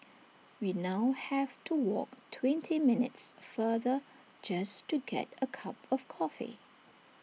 we now have to walk twenty minutes farther just to get A cup of coffee